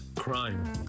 Crime